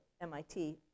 MIT